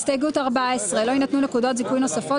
הסתייגות 14. "לא יינתנו נקודות זיכוי נוספות